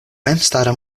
memstara